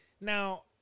Now